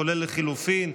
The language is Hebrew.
כולל לחלופין.